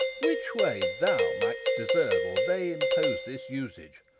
which way thou mightst deserve or they impose this usage,